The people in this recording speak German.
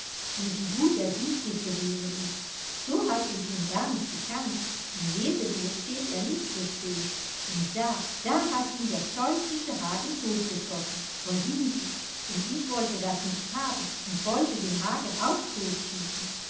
und wie gut der siegfried gewesen ist so hatte ich ihn garnicht gekannt im lesebuch steht er nicht so schön und da da hat ihn der teuflische hagen tot geschossen von hinten und ich wollte das nicht haben und wollte den hagen auch tot